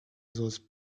those